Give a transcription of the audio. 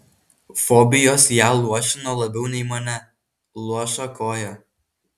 fobijos ją luošino labiau nei mane luoša koja